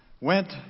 went